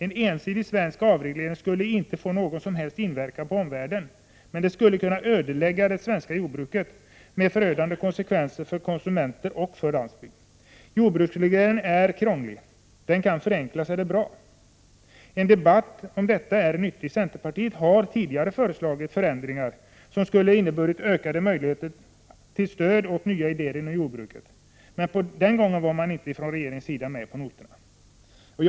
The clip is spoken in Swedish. En ensidig svensk avreglering skulle inte få någon som helst inverkan på omvärlden, men den skulle kunna ödelägga det svenska jordbruket med förödande konsekvenser för den svenske konsumenten och för svensk landsbygd. Jordbruksregleringen är krånglig. Om den kan förenklas är det bra. En debatt om detta vore nyttigt. Centerpartiet har tidigare föreslagit förändringar som skulle ha inneburit ökade möjligheter till stöd åt nya idéer inom jordbruket, men då var inte regeringen med på noterna.